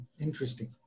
Interesting